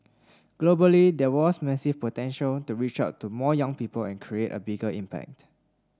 globally there was massive potential to reach out to more young people and create a bigger impact